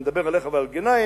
אני מדבר עליך ועל גנאים,